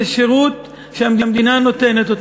זה שירות שהמדינה נותנת.